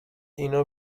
اینو